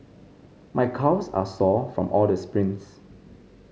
my calves are sore from all the sprints